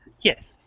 Yes